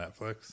Netflix